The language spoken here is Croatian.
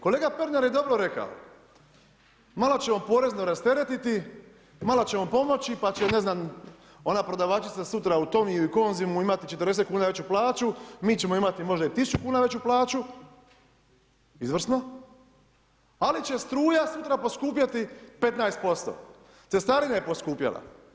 Kolega Pernar je dobro rekao, malo ćemo porezno rasteretiti, malo ćemo pomoći, pa će ne znam, ona prodavačica sutra u Tommy-ju i Konzumu imati 40 kuna veću plaću, mi ćemo imati možda i 1000 kuna veću plaću, izvrsno, ali će struja sutra poskupjeti 15%, cestarina je poskupjela.